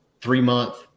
three-month